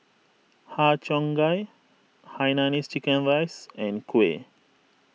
Har Cheong Gai Hainanese Chicken Rice and Kuih